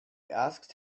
asked